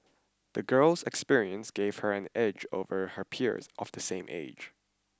the girl's experiences gave her an edge over her peers of the same age